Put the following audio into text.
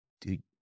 dude